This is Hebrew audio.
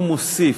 הוא מוסיף.